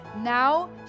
Now